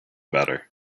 better